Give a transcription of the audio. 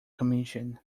commission